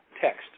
text